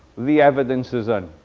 the evidence is and